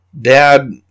Dad